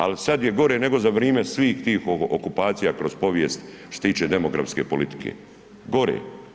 Ali sada je gore nego za vrijeme svih tih okupacija kroz povijest što se tiče demografske politike, gore.